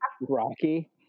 Rocky